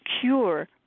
cure